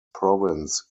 province